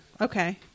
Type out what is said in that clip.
Okay